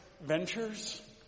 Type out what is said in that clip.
ventures